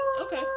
Okay